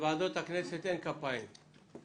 בוועדות הכנסת אין כפיים.